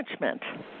management